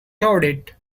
clouded